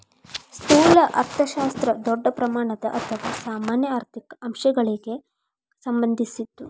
ಸ್ಥೂಲ ಅರ್ಥಶಾಸ್ತ್ರ ದೊಡ್ಡ ಪ್ರಮಾಣದ ಅಥವಾ ಸಾಮಾನ್ಯ ಆರ್ಥಿಕ ಅಂಶಗಳಿಗ ಸಂಬಂಧಿಸಿದ್ದು